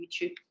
YouTube